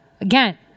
again